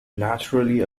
naturally